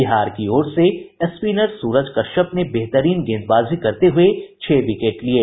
बिहार की ओर से स्पिनर सूरज कश्यप ने बेहतरीन गेंदबाजी करते हुये छह विकेट लिये